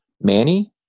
Manny